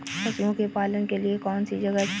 पशुओं के पालन के लिए कौनसी जगह अच्छी है?